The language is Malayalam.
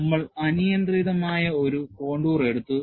നമ്മൾ അനിയന്ത്രിതമായ ഒരു കോണ്ടൂർ എടുത്തു